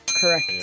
Correct